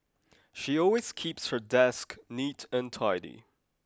she always keeps her desk neat and tidy